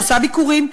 עושה ביקורים,